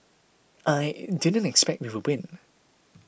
I didn't expect we would win